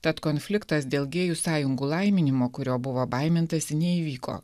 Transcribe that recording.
tad konfliktas dėl gėjų sąjungų laiminimo kurio buvo baimintasi neįvyko